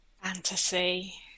Fantasy